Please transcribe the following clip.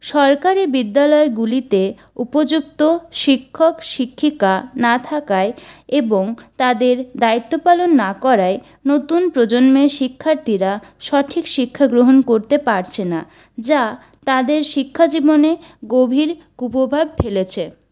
সরকারি বিদ্যালয়গুলিতে উপযুক্ত শিক্ষক শিক্ষিকা না থাকায় এবং তাদের দায়িত্ব পালন না করায় নতুন প্রজন্মের শিক্ষার্থীরা সঠিক শিক্ষাগ্রহণ করতে পারছে না যা তাদের শিক্ষা জীবনে গভীর কুপ্রভাব ফেলেছে